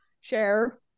share